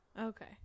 Okay